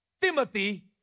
Timothy